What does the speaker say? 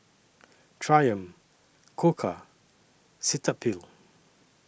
Triumph Koka and Cetaphil